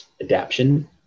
adaption